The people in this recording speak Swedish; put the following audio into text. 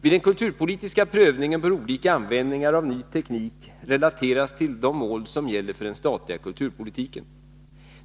Vid den kulturpolitiska prövningen bör olika användningar av ny teknik relateras till de mål som gäller för den statliga kulturpolitiken.